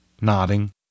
nodding